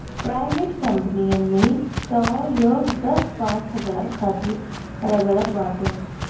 private कंपनीन में तअ लोग दस पांच हजार खातिर रगड़त बाटे